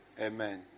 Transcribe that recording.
Amen